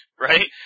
right